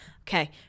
okay